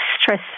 stress